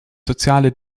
soziale